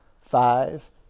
five